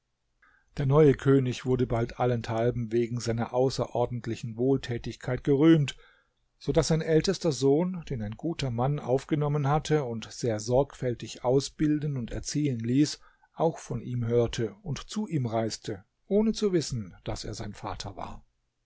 der neue könig wurde bald allenthalben wegen seiner außerordentlichen wohltätigkeit berühmt so daß sein ältester sohn den ein guter mann aufgenommen hatte und sehr sorgfältig ausbilden und erziehen ließ auch von ihm hörte und zu ihm reiste ohne zu wissen daß er sein vater war